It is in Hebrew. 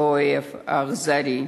באויב האכזרי.